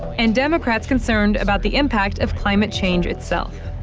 and democrats concerned about the impact of climate change itself.